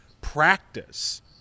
practice